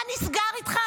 מה נסגר איתך?